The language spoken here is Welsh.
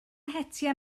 hetiau